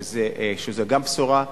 שזה גם בשורה.